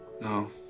No